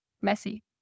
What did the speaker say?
messy